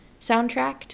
soundtracked